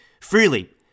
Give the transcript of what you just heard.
freely